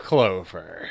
Clover